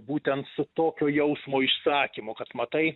būtent su tokio jausmo išsakymu kad matai